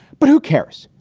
but who cares?